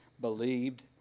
believed